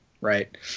right